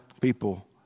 people